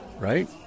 Right